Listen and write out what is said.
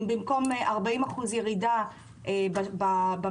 אם במקום 40% ירידה במחזור,